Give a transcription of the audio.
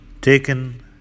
taken